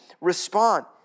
respond